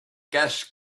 gas